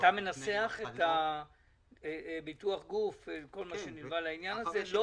מנסח לגבי ביטוח גוף וכל מה שנלווה לעניין הזה.